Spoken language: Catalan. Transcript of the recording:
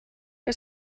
que